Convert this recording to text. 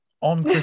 on